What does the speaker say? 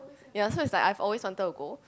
ya so it's like I have always wanted to go